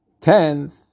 tenth